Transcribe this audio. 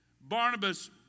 Barnabas